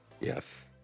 Yes